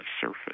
surface